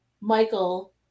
Michael